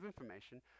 information